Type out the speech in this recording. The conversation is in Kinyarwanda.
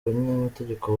abanyamategeko